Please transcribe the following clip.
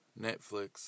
Netflix